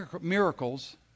miracles